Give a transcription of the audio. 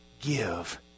give